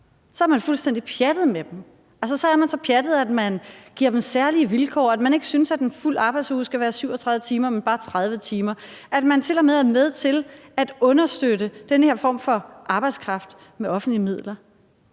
så er man fuldstændig pjattet med den. Så er man så pjattet, at man giver dem særlige vilkår og ikke synes, at en fuld arbejdsuge skal være 37 timer, men bare 30 timer; at man til og med er med til at understøtte den her form for arbejdskraft med offentlige midler.